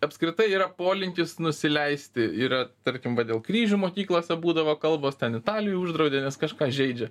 apskritai yra polinkis nusileisti yra tarkim va dėl kryžių mokyklose būdavo kalbos ten italijoj uždraudė nes kažką žeidžia